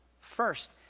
first